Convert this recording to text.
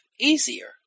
easier